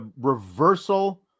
reversal